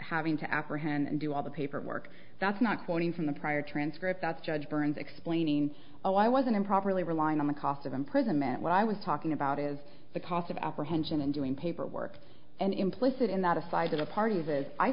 having to apprehend and do all the paperwork that's not quoting from the prior transcript that judge burns explaining why wasn't improperly relying on the cost of imprisonment when i was talking about is the cost of apprehension and doing paperwork and implicit in that aside a party